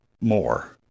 more